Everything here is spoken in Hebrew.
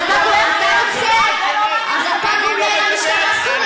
אתה הרי לא אוהב להשוות את עצמך לסורים.